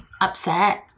upset